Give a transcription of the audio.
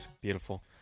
beautiful